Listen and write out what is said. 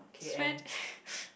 spend